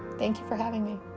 thank you for having me